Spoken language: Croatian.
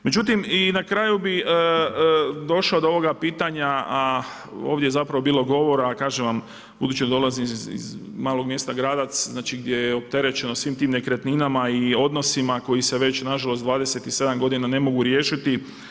Međutim i na kraju bi došao do ovoga pitanja, a ovdje je zapravo bilo govora kažem vam budući da dolazim iz malog mjesta Gradac, znači gdje je opterećeno svim tim nekretninama i odnosima koji se već na žalost 27 godina ne mogu riješiti.